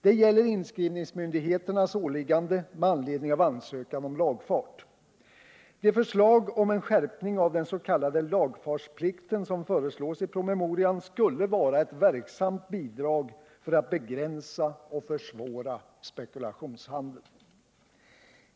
Det gäller inskrivningsmyndigheternas åligganden med anledning av ansökan om lagfart. Det förslag om en skärpning av den s.k. lagfartsplikten som föreslås i promemorian skulle vara ett verksamt bidrag för att begränsa och försvåra spekulationshandeln.